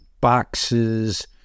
boxes